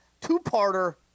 Two-parter